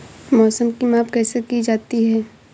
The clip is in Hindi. मौसम की माप कैसे की जाती है?